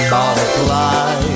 Butterfly